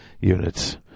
units